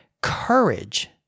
courage—